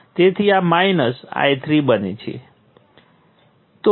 voltage સ્રોતમાં current તે બાહ્ય રેઝિસ્ટર સાથે જોડાયેલ કોઈપણ દ્વારા નક્કી થાય છે